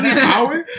power